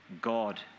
God